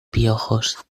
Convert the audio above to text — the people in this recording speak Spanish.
piojos